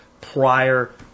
prior